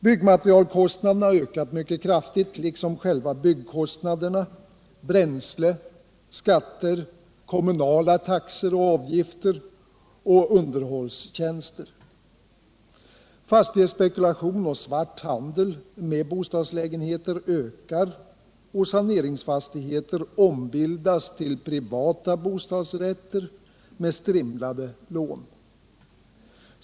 Byggmatcerialkostnaderna har ökat mycket kraftigt liksom själva byggkostnaderna, bränsle, skatter, kommunala taxor och avgifter och avgifter för underhållstjänster. Fastighetsspekulation och svart handel med bostadslägenheter ökar, och saneringsfas tigheter ombildas till privata bostadsrätter med strimlade lån.